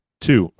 two